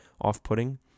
off-putting